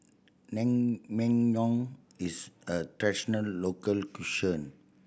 naengmyeon is a traditional local cuisine